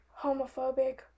homophobic